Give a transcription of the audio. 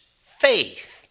faith